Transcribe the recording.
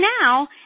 now